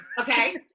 okay